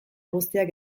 guztiak